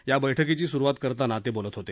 या बैठकीची सुरुवात करताना ते बोलत होते